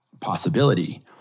possibility